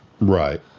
Right